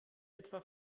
etwa